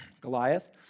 Goliath